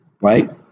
right